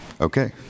Okay